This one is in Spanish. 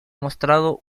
mostrado